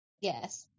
Yes